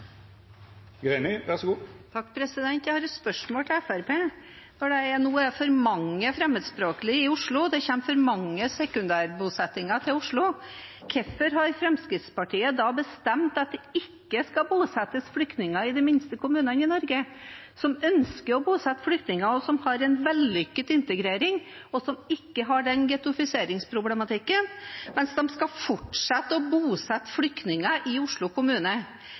et spørsmål til Fremskrittspartiet. Når det nå er for mange fremmedspråklige i Oslo, det kommer for mange sekundærbosettinger til Oslo, hvorfor har Fremskrittspartiet da bestemt at det ikke skal bosettes flyktninger i de minste kommunene i Norge, som ønsker å bosette flyktninger, som har en vellykket integrering, og som ikke har den problematikken med gettoisering, mens man skal fortsette å bosette flyktninger i Oslo kommune?